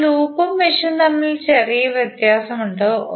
ഇപ്പോൾ ലൂപ്പും മെഷും തമ്മിൽ ചെറിയ വ്യത്യാസമുണ്ട്